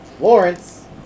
Lawrence